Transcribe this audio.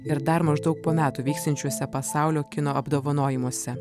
ir dar maždaug po metų vyksiančiuose pasaulio kino apdovanojimuose